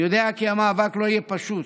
אני יודע כי המאבק לא יהיה פשוט.